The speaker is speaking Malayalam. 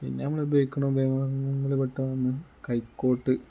പിന്നെ നമ്മൾ ഉപയോഗിക്കണ ഉപകരണങ്ങളിൽപ്പെട്ടതാണ് കൈക്കോട്ട്